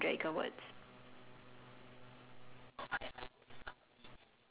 so what animal slash stuffed toy would you be if you going to the hundred acre woods